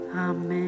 Amen